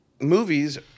Movies